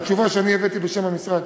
התשובה שאני הבאתי בשם המשרד,